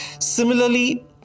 Similarly